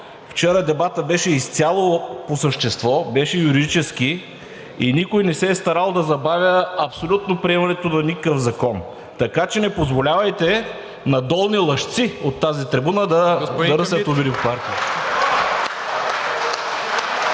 Вчера дебатът беше изцяло по същество, беше юридически и никой не се е старал да забавя абсолютно приемането на никакъв закон. Така че не позволявайте на долни лъжци от тази трибуна да ръсят обиди.